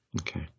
Okay